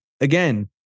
again